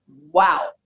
wow